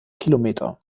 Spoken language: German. kilometer